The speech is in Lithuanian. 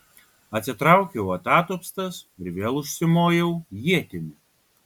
atsitraukiau atatupstas ir vėl užsimojau ietimi